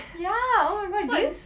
ya oh my god did you~